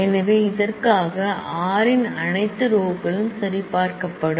எனவே இதற்காக r இன் அனைத்து ரோ களும் சரிபார்க்கப்படும்